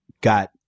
got